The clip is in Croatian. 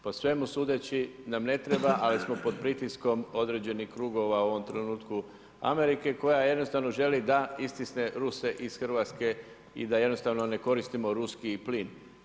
Po svemu sudeći nam ne treba, ali smo pod pritiskom određenih krugova, u ovom trenutku Amerike koja jednostavno želi da istisne Ruse iz Hrvatske i da jednostavno ne koristimo ruski plin.